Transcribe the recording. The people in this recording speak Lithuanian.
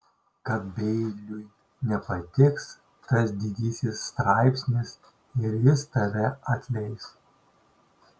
kad beiliui nepatiks tas didysis straipsnis ir jis tave atleis